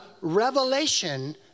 revelation